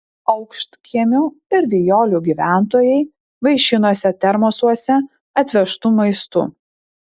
aukštkiemių ir vijolių gyventojai vaišinosi termosuose atvežtu maistu